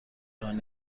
رانی